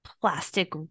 plastic